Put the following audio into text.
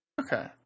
Okay